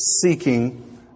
seeking